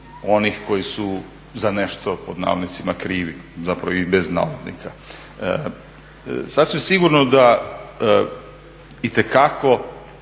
onih koji su za nešto pod navodnicima krivi, zapravo i bez navodnika. Sasvim sigurno da itekako